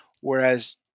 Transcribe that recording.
Whereas